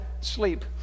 sleep